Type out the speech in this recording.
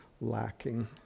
lacking